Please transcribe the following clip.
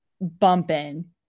bumping